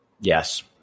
Yes